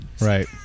Right